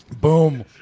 Boom